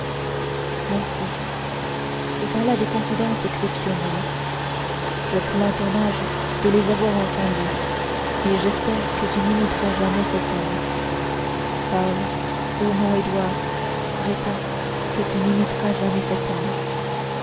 mon fils se sont là des confidences exceptionnelles je plains ton âge de les avoir entendues et j'espère que tu n'imiteras jamais cet homme parle ô mon édouard réponds que tu n'imiteras jamais cet homme